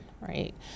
right